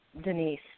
Denise